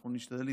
אנחנו,